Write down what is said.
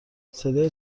صدای